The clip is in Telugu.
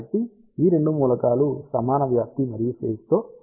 కాబట్టి ఈ 2 మూలకాలు సమాన వ్యాప్తి మరియు ఫేజ్ తో ఇవ్వబడతాయి ఇది అర్రే ఫ్యాక్టర్